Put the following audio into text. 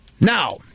Now